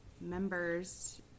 members